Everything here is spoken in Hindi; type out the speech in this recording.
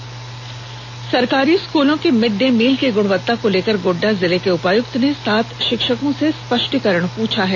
मिड डे सरकारी स्कूलों के मिड डे मील की गुणवत्ता को लेकर गोड्डा जिले के उपायुक्त ने सात षिक्षकों से स्पष्टीकरण पूछा है